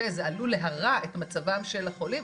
שזה עלול להרע את מצבם של החולים,